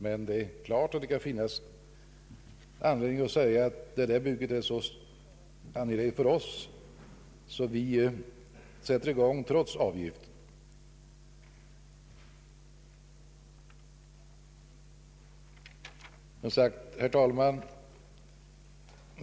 Men det är klart att det kan finnas fall där byggherren anser ett bygge vara så angeläget att han sätter i gång trots avgiften.